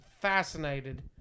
fascinated